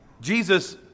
Jesus